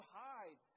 hide